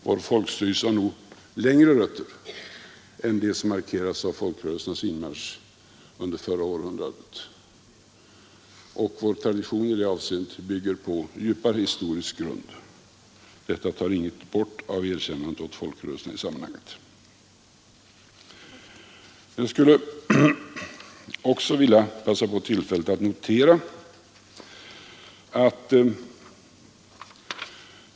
Vår folkstyrelse har nog sina rötter längre tillbaka i tiden än vad som markeras av folkrörelsernas inmarsch under förra århundradet. Vår tradition i det avseendet har en djupare historisk grund. Detta tar inget bort av erkännandet åt folkrörelserna i sammanhanget.